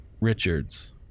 Richards